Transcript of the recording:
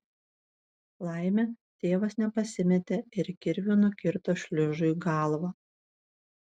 laimė tėvas nepasimetė ir kirviu nukirto šliužui galvą